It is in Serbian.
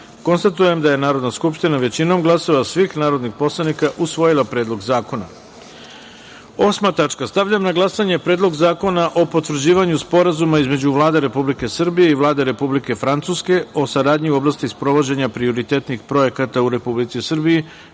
troje. Konstatujem da je Narodna skupština većinom glasova svih narodnih poslanika usvojila Predlog zakona. Osma tačka dnevnog reda. Stavljam na glasanje Predlog zakona o potvrđivanju Sporazuma između Vlade Republike Srbije i Vlade Republike Francuske o saradnji u oblasti sprovođenja prioritetnih projekata u Republici Srbiji,